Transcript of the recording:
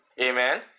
Amen